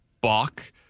Bach